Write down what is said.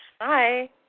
Hi